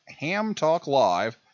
HamTalkLive